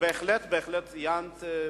בהחלט ציינת,